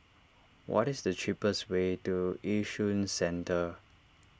what is the cheapest way to Yishun Central